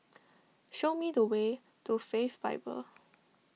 show me the way to Faith Bible